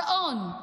גאון,